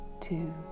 two